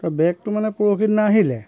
তহ বেগটো মানে পৰষি দিনা আহিলে